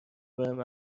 بهم